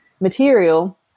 material